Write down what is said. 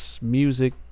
music